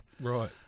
Right